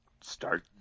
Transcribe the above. start